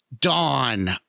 Dawn